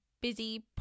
busy